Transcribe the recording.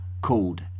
called